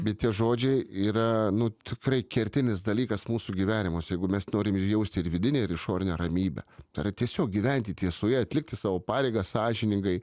bet tie žodžiai yra nu tikrai kertinis dalykas mūsų gyvenimuose jeigu mes norim ir jausti ir vidinę ir išorinę ramybę tai yra tiesiog gyventi tiesoje atlikti savo pareigą sąžiningai